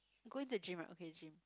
you going to gym ah okay gym